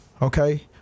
Okay